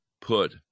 put